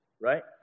right